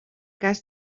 cas